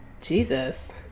Jesus